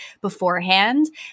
beforehand